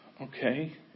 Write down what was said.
okay